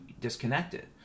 disconnected